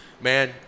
man –